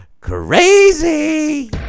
Crazy